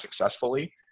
successfully